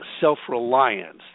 self-reliance